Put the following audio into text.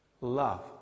love